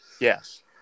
Yes